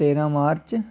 तेरां मार्च